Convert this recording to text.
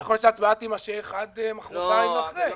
יכול להיות שההצבעה תימשך עד מוחרתיים ואחרי.